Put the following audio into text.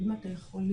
אני חושב,